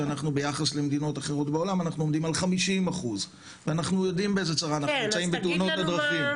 שאנחנו ביחס למדינות אחרות בעולם אנחנו עומדים על 50%. ואנחנו יודעים באיזה צרה אנחנו נמצאים בתאונות הדרכים.